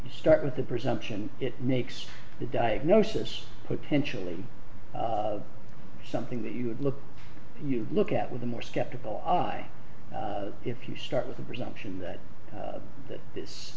you start with the presumption it makes the diagnosis potentially something that you would look you look at with a more skeptical eye if you start with the presumption that that this